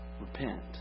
Repent